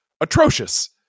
atrocious